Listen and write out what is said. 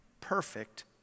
perfect